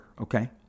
Okay